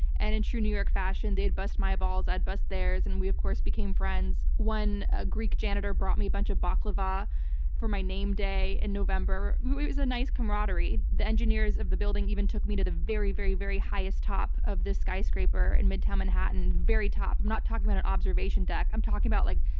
and in true new york fashion, they'd bust my balls, i'd bust theirs. and we, of course, became friends. one ah greek janitor brought me a bunch of baklava for my name day in november. it was a nice camaraderie. the engineers of the building even took me to the very, very, very highest top of the skyscraper in midtown manhattan. very top. i'm not talking about an observation deck. i'm talking about like,